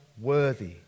worthy